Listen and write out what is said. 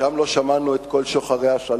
שם לא שמענו את כל שוחרי השלום.